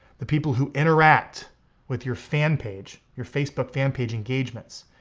the people who interact with your fan page, your facebook fan page engagements,